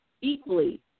equally